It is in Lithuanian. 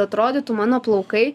atrodytų mano plaukai